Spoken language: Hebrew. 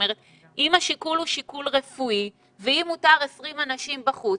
אם השיקול הוא שיקול רפואי ומותר 20 אנשים בחוץ,